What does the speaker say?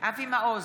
אבי מעוז,